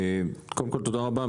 קודם כל תודה רבה,